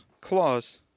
claws